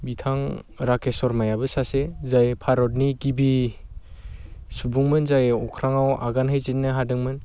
बिथां राकेश शर्मायाबो सासे जाय भारतनि गिबि सुबुंमोन जाय अख्राङाव आगान हैजेननो हादोंमोन